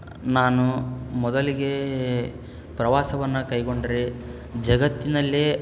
ನಾನು ಮೊದಲಿಗೆ ಪ್ರವಾಸವನ್ನು ಕೈಗೊಂಡರೆ ಜಗತ್ತಿನಲ್ಲೇ